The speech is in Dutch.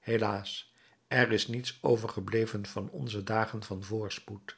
helaas er is niets overgebleven van onze dagen van voorspoed